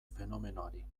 fenomenoari